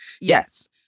Yes